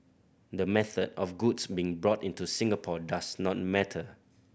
the method of goods being brought into Singapore does not matter